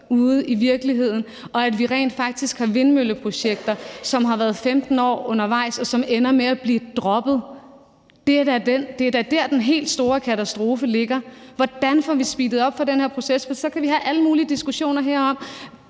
ude i virkeligheden, og at vi rent faktisk har vindmølleprojekter, som har været 15 år undervejs, og som ender med at blive droppet. Det er da dér, den helt store katastrofe ligger. Hvordan får vi speedet op for den her proces? For vi kan så have alle mulige diskussioner her